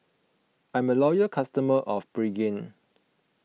I'm a loyal customer of Pregain